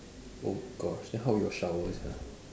oh gosh then how you all shower sia